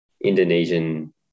Indonesian